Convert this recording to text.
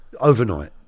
Overnight